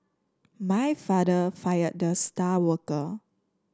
my father fired the star worker